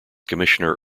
commissioner